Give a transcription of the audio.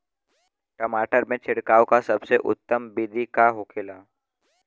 टमाटर में छिड़काव का सबसे उत्तम बिदी का होखेला?